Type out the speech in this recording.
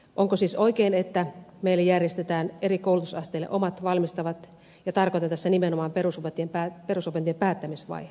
onko siis oikein että meillä järjestetään eri koulutusasteille omat valmistavat opinnot ja tarkoitan tässä nimenomaan perusopintojen päättämisvaihetta